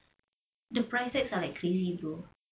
the prices are like crazy bro